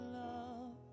love